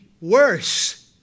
worse